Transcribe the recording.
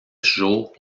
jours